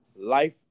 life